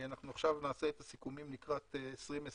אנחנו עכשיו נעשה את הסיכומים לקראת 2020,